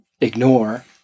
ignore